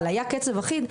אבל היה קצב אחיד,